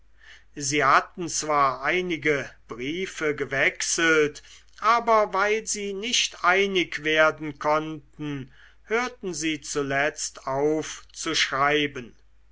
sie hatten zwar einige briefe gewechselt aber weil sie nicht einig werden konnten hörten sie zuletzt auf zu schreiben